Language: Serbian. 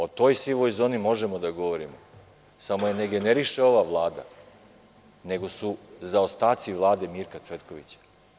O toj sivoj zoni možemo da govorimo, samo je ne generiše ova Vlada, nego su zaostaci Vlade Mirka Cvetkovića.